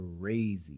crazy